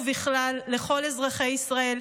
ובכלל לכל אזרחי ישראל,